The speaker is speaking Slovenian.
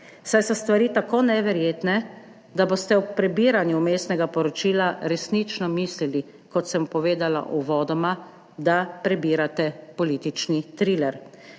saj so stvari tako neverjetne, da boste ob prebiranju vmesnega poročila resnično mislili, kot sem povedala uvodoma, da prebirate politični triler.